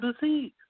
disease